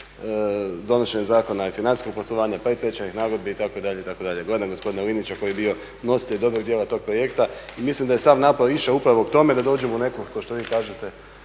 donošenja zakona i financijskog poslovanja pa i stečajnih nagodbi itd., itd. Gledam gospodina Linića koji je bio nositelj dobrog dijela tog projekta i mislim da je sav napor išao upravo k tome da dođemo u neke, kao što vi kažete